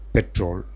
Petrol